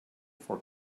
for